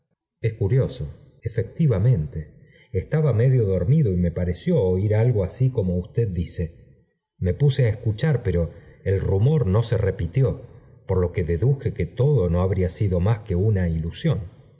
e curioso efectivamente estaba medio dormido y me pareció oir algo así como usted dice me puse á escuchar pero el rumor no se repitió por fo que deduje qué todo no habría sido más que una ilusión